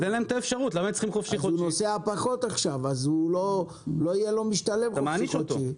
אז הוא נוסע פחות עכשיו ולא יהיה לו משתלם חופשי-חודשי.